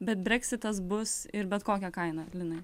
bet breksitas bus ir bet kokia kaina linai